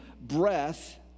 breath